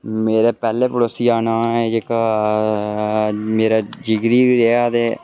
मेरे पैह्ले पड़ोसियै दा नांऽ ऐ जेह्का मेरा जिगरी रेहा ते